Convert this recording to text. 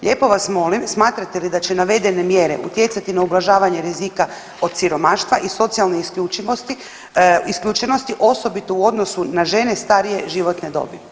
Lijepo vas molim, smatrate li da će navedene mjere utjecati na ublažavanje rizika od siromaštva i socijalne isključenosti osobito u odnosu na žene starije životne dobi?